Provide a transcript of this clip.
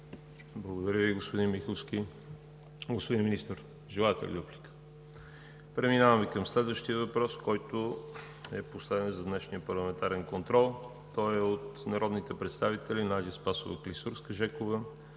Благодаря Ви, господин Миховски. Господин Министър, желаете ли дуплика? Не. Преминаваме към следващия въпрос – последен за днешния парламентарен контрол, от народните представители Надя Спасова Клисурска-Жекова